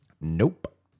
Nope